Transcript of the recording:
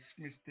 Mr